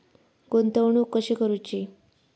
गुंतवणूक कशी करूची?